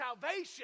salvation